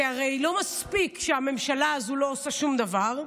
כי הרי לא מספיק שהממשלה הזו לא עושה שום דבר,